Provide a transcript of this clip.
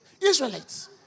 Israelites